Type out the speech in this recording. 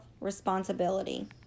Responsibility